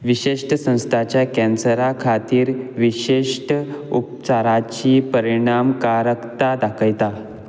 विशिश्ट संस्थाच्या कँसरा खातीर विशिश्ट उपचाराची परिणामकारकता दाखयता